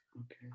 okay